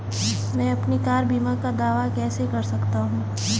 मैं अपनी कार बीमा का दावा कैसे कर सकता हूं?